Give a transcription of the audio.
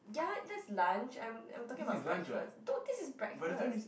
ya that's lunch I'm I'm talking about breakfast dude this is breakfast